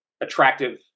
attractive